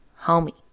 homie